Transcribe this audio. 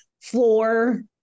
floor